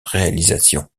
réalisation